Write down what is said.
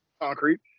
concrete